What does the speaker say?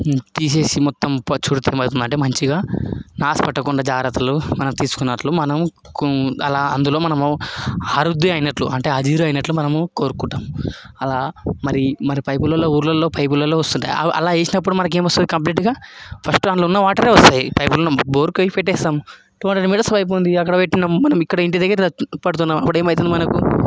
తీసేసి మొత్తం చుడతాము కదా అంటే మంచిగా నాసుపట్టకుండా జాగ్రత్తలు తీసుకున్నట్టు మనం అలా అందులో మన ఆరుద్ది అయినట్టు అంటే అదిరు అయినట్టు మనము కోరుకుంటాం అలా మరి మరి పైపులలో ఊర్లలో పైపులలో వస్తుంటాయి అలా అలా వేసినప్పుడు మనకి ఏం వస్తుంది కంప్లీట్గా ఫస్ట్ అందులో ఉన్న వాటరే వస్తుంది పైపులు బోర్కి పెట్టేస్తాం టు హండ్రెడ్ మీటర్స్ పైపు ఉంది అక్కడ పెట్టినాం మనం ఇంటిదగ్గర పడుతున్నాం అప్పుడు ఏమవుతుంది మనకు